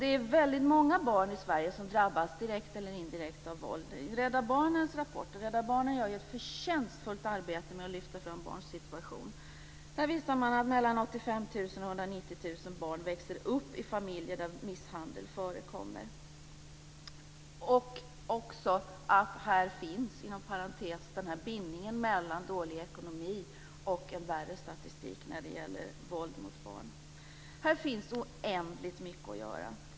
Det är väldigt många barn i Sverige som drabbas direkt eller indirekt av våld. Rädda Barnen gör ett förtjänstfullt arbete genom att lyfta fram barns situation. Av Rädda Barnens rapport framgår att 85 000 190 000 barn växer upp i familjer där misshandel förekommer och också, inom parentes, att denna bindning mellan dålig ekonomi och en värre statistik när det gäller våld mot barn finns. Här finns det oändligt mycket att göra.